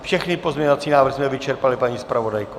Všechny pozměňovací návrhy jsme vyčerpali, paní zpravodajko?